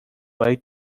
way